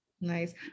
Nice